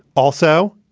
also,